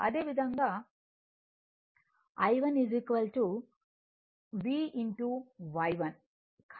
అదేవిధంగా I1 V Y1